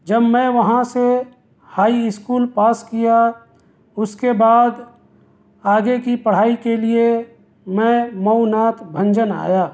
جب میں وہاں سے ہائی اسکول پاس کیا اس کے بعد آگے کی پڑھائی کے لیے میں مئو ناتھ بھنجن آیا